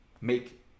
make